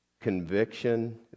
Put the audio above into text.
conviction